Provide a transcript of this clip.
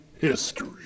history